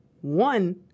one